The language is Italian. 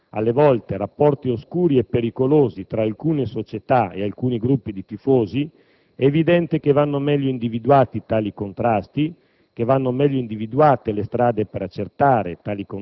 Se esistono, come sicuramente esistono, alle volte rapporti oscuri e pericolosi tra alcune società e alcuni gruppi di tifosi, è evidente che vanno meglio individuati tali contatti,